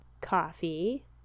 coffee